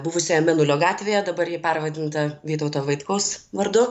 buvusioje mėnulio gatvėje dabar ji pervadinta vytauto vaitkaus vardu